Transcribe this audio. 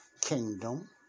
kingdom